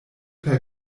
per